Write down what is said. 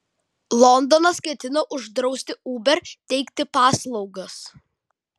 londonas ketina uždrausti uber teikti paslaugas